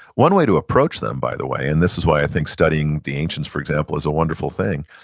one way to approach them, by the way, and this is why i think studying the ancients, for example, is a wonderful thing,